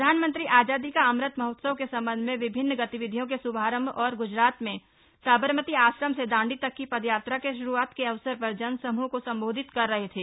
प्रधानमंत्री आजादी का अमृत महोत्सव के संबंध में विभिन्न गतिविधियों के शुभारंभ और ग्जरात में साबरमती आश्रम से दांडी तक की पदयात्रा के श्रूआत के अवसर पर जन समूह को संबोधित कर रहे थे